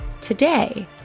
Today